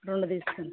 రెండు తీసుకుంటాము